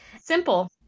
Simple